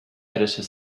editor